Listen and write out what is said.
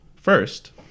First